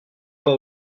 pas